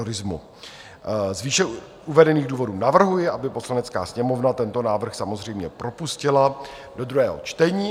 Z výše uvedených důvodů navrhuji, aby Poslanecká sněmovna tento návrh samozřejmě propustila do druhého čtení.